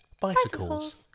bicycles